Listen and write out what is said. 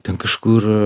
ten kažkur